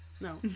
No